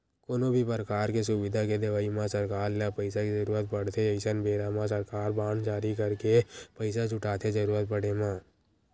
कोनो भी परकार के सुबिधा के देवई म सरकार ल पइसा के जरुरत पड़थे अइसन बेरा म सरकार बांड जारी करके पइसा जुटाथे जरुरत पड़े म